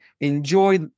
enjoy